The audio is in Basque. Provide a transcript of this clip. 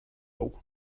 hau